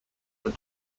were